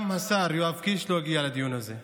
גם השר יואב קיש לא הגיע לדיון הזה.